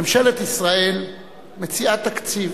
ממשלת ישראל מציעה תקציב,